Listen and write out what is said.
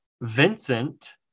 vincent